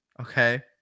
okay